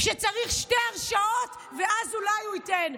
שצריך שתי הרשעות ואז אולי הוא ייתן.